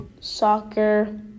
soccer